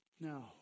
No